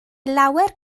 lawer